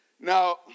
Now